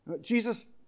Jesus